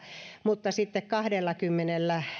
mutta kahdellakymmenellä